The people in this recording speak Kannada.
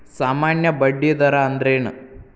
ಸಾಮಾನ್ಯ ಬಡ್ಡಿ ದರ ಅಂದ್ರೇನ?